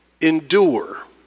endure